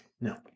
No